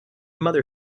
mother